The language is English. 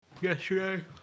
yesterday